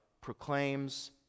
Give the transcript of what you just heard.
proclaims